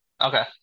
Okay